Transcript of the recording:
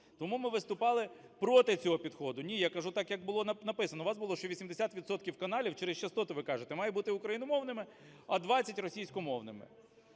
Тому ми виступали проти цього підходу. Ні, я кажу так, як було написано. У вас було, що 80 відсотків через частоти, ви кажете, має бути україномовними, а 20 - російськомовними.